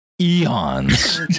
eons